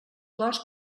quals